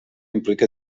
implica